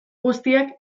guztiak